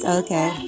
okay